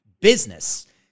business